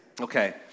Okay